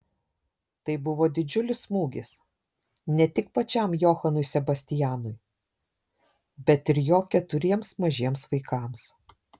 tai buvo didžiulis smūgis ne tik pačiam johanui sebastianui bet ir jo keturiems mažiems vaikams